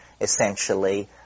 essentially